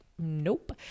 nope